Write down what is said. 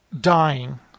dying